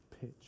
pitch